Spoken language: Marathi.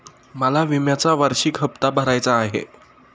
मला विम्याचा वार्षिक हप्ता भरायचा आहे